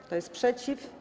Kto jest przeciw?